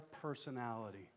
personality